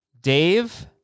Dave